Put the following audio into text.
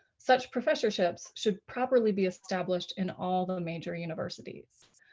such professorships should properly be established in all the major universities.